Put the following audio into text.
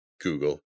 google